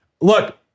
Look